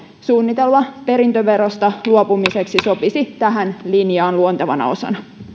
suunnitelma perintöverosta luopumiseksi sopisi tähän linjaan luontevana osana